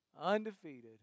undefeated